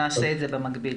נעשה את זה במקביל.